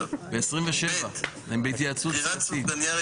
אנחנו בהתייעצות סיעתית,